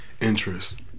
interest